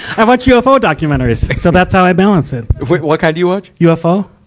i watch ufo documentaries. so that's how i balance it. what, what kind do you watch? ufo.